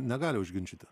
negali užginčyti